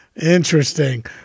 Interesting